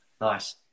Nice